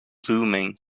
blooming